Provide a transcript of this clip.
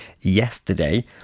yesterday